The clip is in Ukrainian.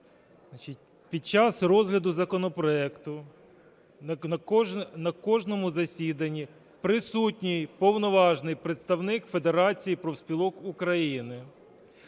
Під час розгляду законопроекту на кожному засіданні присутній повноважний представник Федерації профспілок України.